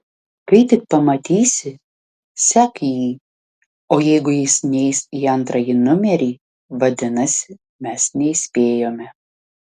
kai tik pamatysi sek jį o jeigu jis neis į antrąjį numerį vadinasi mes neįspėjome